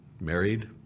married